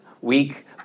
week